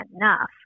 enough